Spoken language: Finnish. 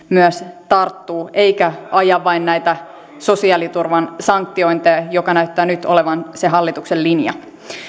myös tarttuu eikä aja vain näitä sosiaaliturvan sanktiointeja mikä näyttää nyt olevan se hallituksen linja